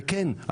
וכן,